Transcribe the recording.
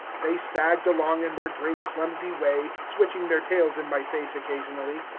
they sagged along in their great clumsy way, switching their tails in my face occasionally,